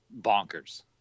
bonkers